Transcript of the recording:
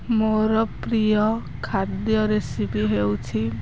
ମୋର ପ୍ରିୟ ଖାଦ୍ୟ ରେସିପି ହେଉଛି